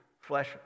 flesh